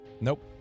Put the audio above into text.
Nope